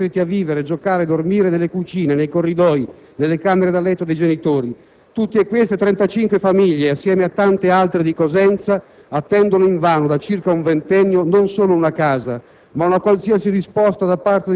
angustissime, con i bambini costretti a vivere, giocare, dormire nelle cucine, nei corridoi, nelle camere da letto dei genitori. Tutte queste 35 famiglie, assieme a tante altre di Cosenza, attendono invano da circa un ventennio non solo una casa,